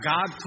God